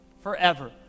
forever